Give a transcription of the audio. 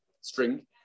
string